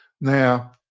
Now